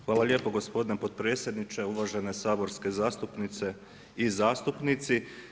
Hvala lijepo gospodine potpredsjedniče, uvažene saborske zastupnice i zastupnici.